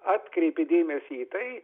atkreipė dėmesį į tai